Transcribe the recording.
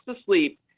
asleep